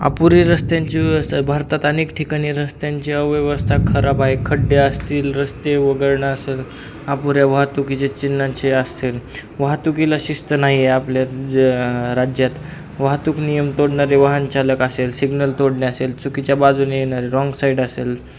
अपुरी रस्त्यांची व्यवस्था भारतात अनेक ठिकाणी रस्त्यांची अव्यवस्था खराब आहे खड्डे असतील रस्ते वगरणं असेल अपुऱ्या वाहतुकीचे चिन्हांचे असतील वाहतुकीला शिस्त नाही आहे आपल्या ज राज्यात वाहतूक नियम तोडणारे वाहनचालक असेल सिग्नल तोडणे असेल चुकीच्या बाजून येणे रॉंग साईड असेल